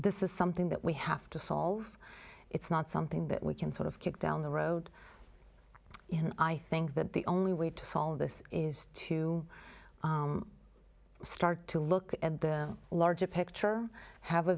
this is something that we have to solve it's not something that we can sort of kick down the road you know i think that the only way to solve this is to start to look at the larger picture have a